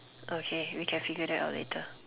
okay we can figure that out later